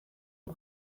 iyi